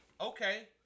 okay